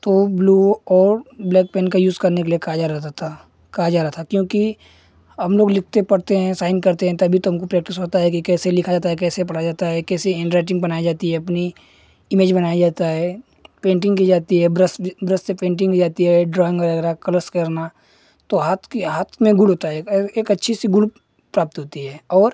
तो ब्लू और black pen का यूज़ करने के लिए कहा जा रहा था कहा जा रहा था क्योंकि हम लोग लिखते पढ़ते हैं साइन करते हैं तभी तो हमको प्रेक्टिस होता है कि कैसे लिखा जाता है कैसे पढ़ा जाता है कैसे हेंड राइटिंग बनाई जाती है अपनी इमेज बनाई जाता है पेंटिंग की जाती है ब्रस ब्रस से पेंटिंग की जाती है ड्रॉइंग वगैरह कलर्स करना तो हाथ की हाथ में गुण होता है एक अच्छी सी गुण प्राप्त होती है और